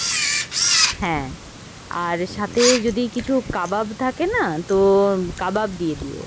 হ্যাঁ আর সাথে যদি কিছু কাবাব থাকে না তো কাবাব দিয়ে দিও